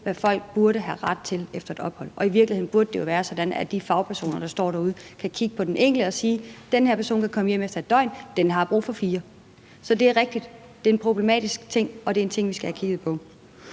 hvad folk burde have ret til efter fødslen, og i virkeligheden burde det jo være sådan, at de fagpersoner, der står derude, kan kigge på den enkelte og sige, at vedkommende kan komme hjem efter et døgn, mens en anden har brug for fire døgn. Så det er rigtigt, at det er en problematisk ting, og det er en ting, vi skal have kigget på.